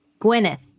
Gwyneth